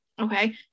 Okay